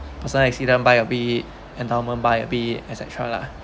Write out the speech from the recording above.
personal accident by a bit endowment by a bit etcetera lah